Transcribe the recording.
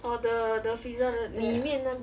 orh the the freezer 那 there ah